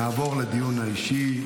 נעבור לדיון האישי.